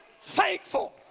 thankful